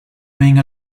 being